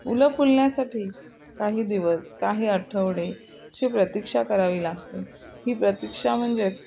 फुलं फुलण्यासाठी काही दिवस काही आठवडे शे प्रतीक्षा करावी लागते ही प्रतीक्षा म्हणजेच